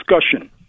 discussion